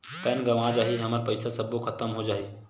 Pan गंवा जाही हमर पईसा सबो खतम हो जाही?